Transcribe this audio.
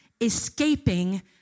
escaping